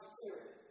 Spirit